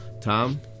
Tom